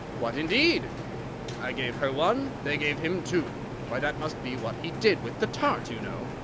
what, indeed i gave her one, they gave him two why, that must be what he did with the tarts, you know